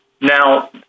Now